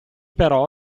però